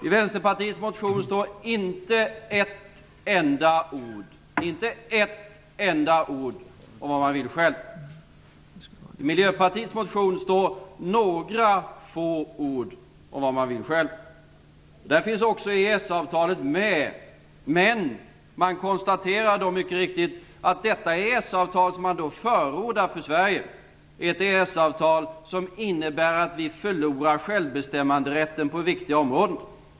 I Vänsterpartiets motion står inte ett enda ord om vad man vill själv. I Miljöpartiets motion står några få ord om vad man vill själv. Där finns också EES-avtalet med. Man konstaterar mycket riktigt att detta EES-avtal, som man förordar för Sverige, är ett avtal som innebär att vi förlorar självbestämmanderätten på viktiga områden.